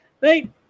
Right